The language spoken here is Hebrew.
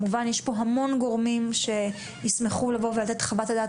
יש פה המון גורמים שישמחו לתת את חוות הדעת